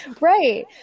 Right